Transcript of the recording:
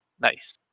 Nice